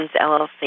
LLC